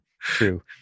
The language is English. True